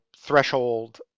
threshold